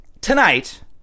tonight